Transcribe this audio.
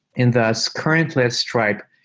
and thus currently at stripe,